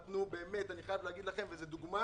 אני חייב להגיד לכם, זה דוגמה